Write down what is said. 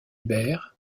bert